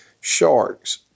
sharks